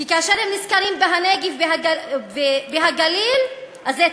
כי כאשר הם נזכרים בנגב ובגליל אז זה